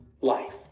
life